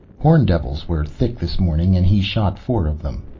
horndevils were thick this morning and he shot four of them.